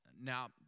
Now